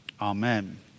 Amen